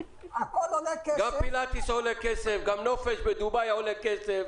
גם נופש בדובאי עולה כסף,